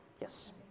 Yes